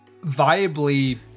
viably